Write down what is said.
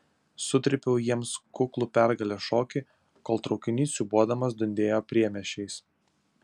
sutrypiau jiems kuklų pergalės šokį kol traukinys siūbuodamas dundėjo priemiesčiais